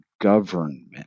government